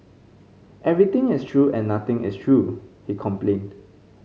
everything is true and nothing is true he complained